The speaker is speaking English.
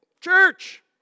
church